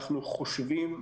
אנחנו חושבים,